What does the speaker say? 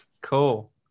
Cool